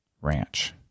Ranch